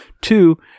Two